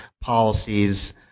policies